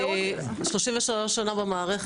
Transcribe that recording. אני 33 שנה במערכת,